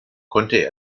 konnte